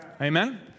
Amen